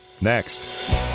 next